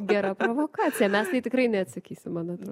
gera provokacija mes tai tikrai neatsakysim man atrodo